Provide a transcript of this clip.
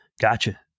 Gotcha